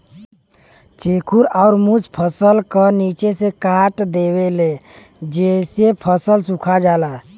चेखुर अउर मुस फसल क निचे से काट देवेले जेसे फसल सुखा जाला